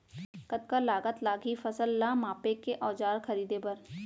कतका लागत लागही फसल ला मापे के औज़ार खरीदे बर?